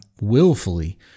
willfully